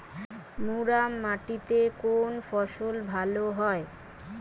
মুরাম মাটিতে কোন ফসল ভালো হয়?